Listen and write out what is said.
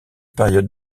période